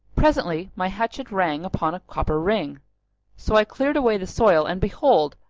presently my hatchet rang upon a copper ring so i cleared away the soil and behold,